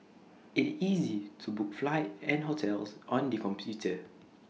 IT is easy to book flight and hotels on the computer